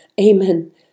Amen